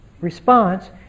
response